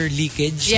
leakage